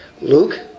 Luke